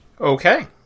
Okay